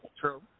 True